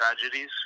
tragedies